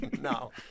No